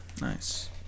Nice